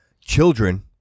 Children